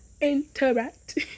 interact